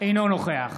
אינו נוכח